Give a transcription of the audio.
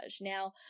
Now